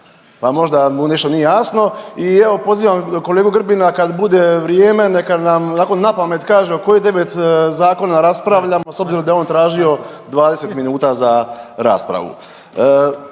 pa možda mu nešto nije jasno i evo pozivam kolegu Grbina kad bude vrijeme neka nam onako napamet kaže o kojih 9 zakona raspravljamo s obzirom da je on tražio 20 minuta za raspravu.